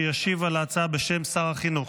שישיב על ההצעה בשם שר החינוך.